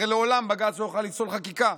הרי לעולם בג"ץ לא יוכל לפסול חקיקה.